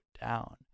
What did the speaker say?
down